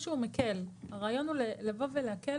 חברות באיחוד האירופי שמעוניינות גם לייצא